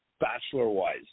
bachelor-wise